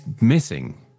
missing